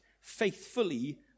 faithfully